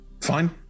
Fine